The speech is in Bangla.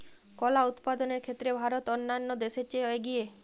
কলা উৎপাদনের ক্ষেত্রে ভারত অন্যান্য দেশের চেয়ে এগিয়ে